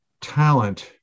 talent